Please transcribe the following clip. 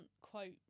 quote